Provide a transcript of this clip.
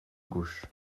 gauche